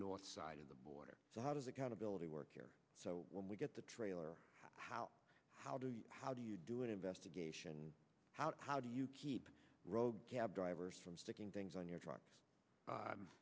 side of the border so how does accountability work here so when we get the trailer how how do you how do you do an investigation how how do you keep rogue cab drivers from sticking things on your truck